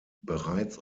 bereits